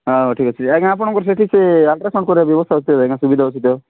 ହାଁ ହଉ ଠିକ ଅଛି ଆଜ୍ଞା ଆପଣଙ୍କର ସେଠି ସେ ଅଲ୍ଟ୍ରାସାଉଣ୍ଡ୍ କରିବା ବ୍ୟବସ୍ଥା ଅଛି ଆଜ୍ଞା ସୁବିଧା ଅଛି ତ